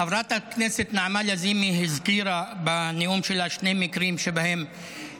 חברת הכנסת נעמה לזימי הזכירה בנאום שלה שני מקרים שבהם